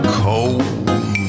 cold